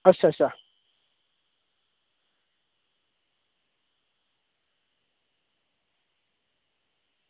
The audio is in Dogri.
अच्छा अच्छा